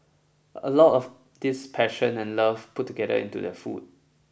a lot of this passion and love put together into the food